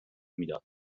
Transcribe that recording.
میداد